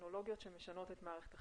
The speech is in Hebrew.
טכנולוגיות שמשנות את מערכת החינוך.